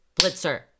Blitzer